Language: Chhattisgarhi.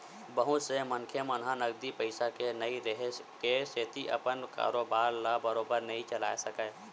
बहुत से मनखे मन ह नगदी पइसा के नइ रेहे के सेती अपन कारोबार ल बरोबर नइ चलाय सकय